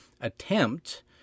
attempt